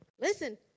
Listen